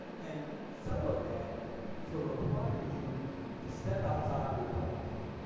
and some of that is gonna require you to step outside of your comfort zone.